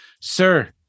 Sir